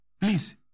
Please